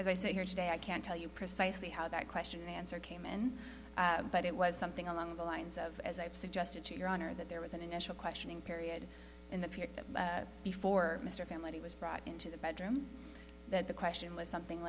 as i say here today i can't tell you precisely how that question answer came in but it was something along the lines of as i suggested to your honor that there was an initial questioning period in the pit before mr family was brought into the bedroom that the question was something